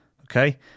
okay